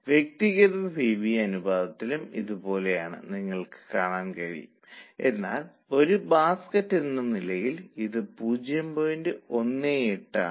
അതിനാൽ അവ break even മുകളിൽ പ്രവർത്തിക്കുന്നത് നിങ്ങൾക്ക് കാണാൻ കഴിയും അതിനാൽ ലാഭം വളരെ കുറവാണ്